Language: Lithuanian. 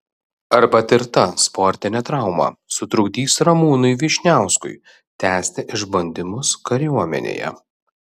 ar patirta sportinė trauma sutrukdys ramūnui vyšniauskui tęsti išbandymus kariuomenėje